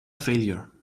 failure